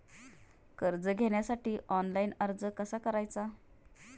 कर्ज घेण्यासाठी ऑनलाइन अर्ज कसा करायचा?